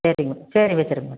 சரிங்க சரி வெச்சுருங்க மேடம்